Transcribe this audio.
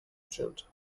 agent